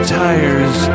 tires